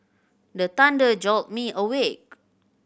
the thunder jolt me awake